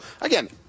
again